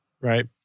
Right